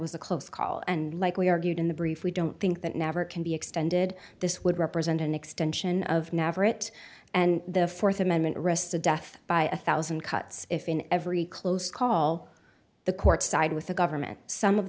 was a close call and like we argued in the brief we don't think that never can be extended this would represent an extension of never it and the th amendment rest to death by a one thousand cuts if in every close call the court side with the government some of